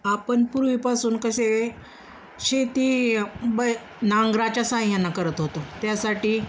आपण पूर्वीपासून कसे शेती ब नांगराच्या सहाय्यानं करत होतो त्यासाठी